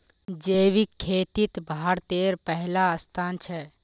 जैविक खेतित भारतेर पहला स्थान छे